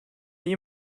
iyi